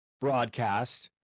broadcast